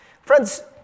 Friends